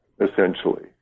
essentially